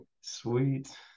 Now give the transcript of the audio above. Sweet